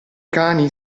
cani